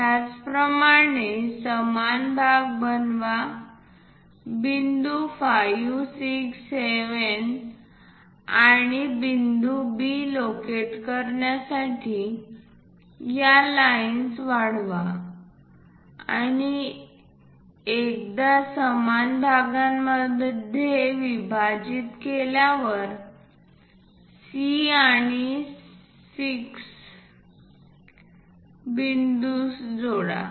त्याचप्रमाणे समान भाग बनवा बिंदू 5 6 7 आणि बिंदू B लोकेट करण्यासाठी या लाईन्स वाढवा आणि एकदा समान भागांमध्ये विभाजित केल्यावर C आणि 6 व्या बिंदूस जोडा